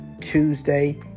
Tuesday